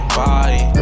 body